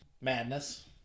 Madness